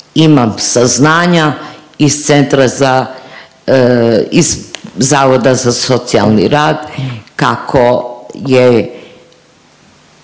imam saznanja iz centra za… iz Zavoda za socijalni rad kako je,